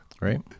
Right